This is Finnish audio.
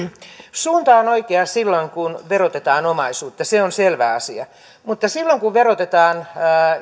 suunta on oikea silloin kun verotetaan omaisuutta se on selvä asia mutta silloin kun verotetaan